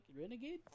renegade